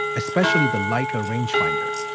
especially the lighter rangefinder,